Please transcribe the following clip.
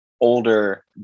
older